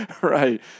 Right